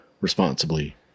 responsibly